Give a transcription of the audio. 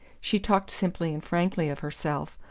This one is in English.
she talked simply and frankly of herself,